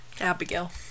Abigail